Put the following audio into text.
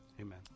Amen